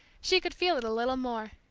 she could feel it a little more.